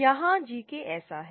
जहां GK ऐसा है